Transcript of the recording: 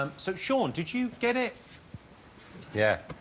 um so sean did you get it yeah